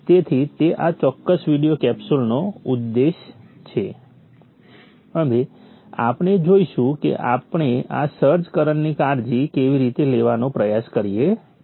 તેથી તે આ ચોક્કસ વિડિઓ કેપ્સ્યુલનો ઉદ્દેશ છે અને આપણે જોઈશું કે આપણે આ સર્જ કરન્ટની કાળજી કેવી રીતે લેવાનો પ્રયાસ કરીએ છીએ